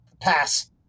pass